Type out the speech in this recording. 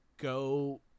go